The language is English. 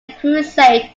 crusade